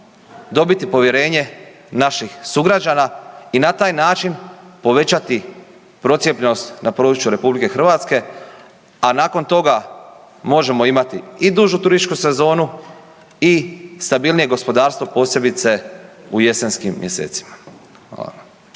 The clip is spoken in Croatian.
dobiti povjerenje napih sugrađana i na taj način povećati procijepljenost na području RH a nakon toga možemo imati i dužu turističku sezonu i stabilnije gospodarstvo, posebice u jesenskim mjesecima.